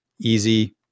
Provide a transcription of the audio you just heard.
easy